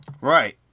Right